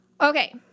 Okay